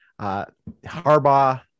Harbaugh